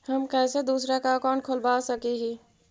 हम कैसे दूसरा का अकाउंट खोलबा सकी ही?